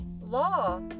law